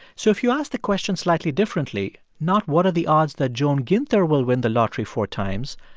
so if you ask the question slightly differently, not what are the odds that joan ginther will win the lottery four times,